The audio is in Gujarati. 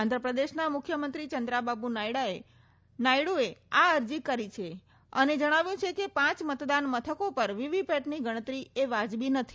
આંધ્રપ્રદેશના મુખ્યમંત્રી ચંદ્રાબાબુ નાયડુએ આ અરજી કરી છે અને જણાવ્યું છે કે પાંચ મતદાન મથકો પર વીવીપેટની ગણતરી એ વાજબી નથી